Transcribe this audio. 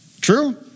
True